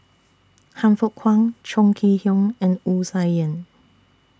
Han Fook Kwang Chong Kee Hiong and Wu Tsai Yen